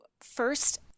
first